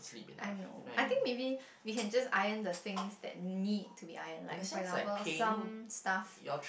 I know I think maybe we can just iron the things that need to be iron like for example some stuff I know